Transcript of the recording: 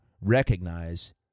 recognize